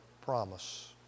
promise